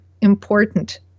important